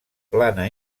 plana